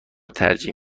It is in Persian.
ترجیح